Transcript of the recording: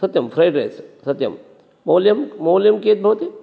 सत्यं fried rice सत्यं मौल्यं मौल्यं कियत् भवति